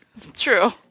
True